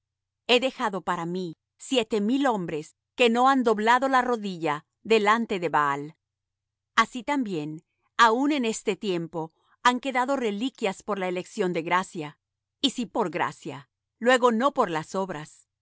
he dejado para mí siete mil hombres que no han doblado la rodilla delante de baal así también aun en este tiempo han quedado reliquias por la elección de gracia y si por gracia luego no por las obras